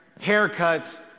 haircuts